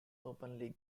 openly